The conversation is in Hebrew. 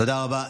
תודה רבה.